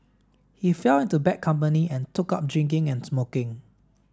he fell into bad company and took up drinking and smoking